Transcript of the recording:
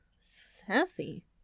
Sassy